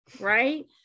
right